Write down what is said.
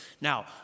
Now